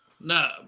No